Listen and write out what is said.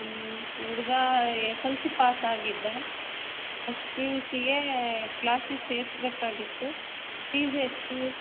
ನಮ್ಮ ಹುಡುಗ S L C ಪಾಸಾಗಿದ್ದ ಫಸ್ಟ್ ಪಿ ಯು ಸಿಗೆ ಕ್ಲಾಸಿಗೆ ಸೇರ್ಸ್ಬೇಕಾಗಿತ್ತು ಫೀಸ್ ಎಷ್ಟು